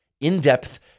in-depth